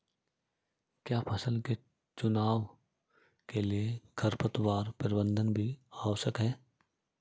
क्या फसल के चुनाव के लिए खरपतवार प्रबंधन भी आवश्यक है?